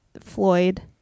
Floyd